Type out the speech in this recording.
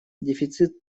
дефицит